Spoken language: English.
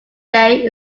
day